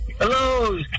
Hello